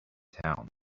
town